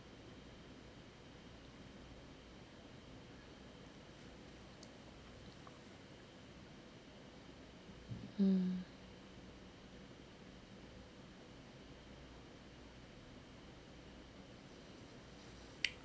hmm